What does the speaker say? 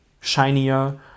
shinier